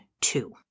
two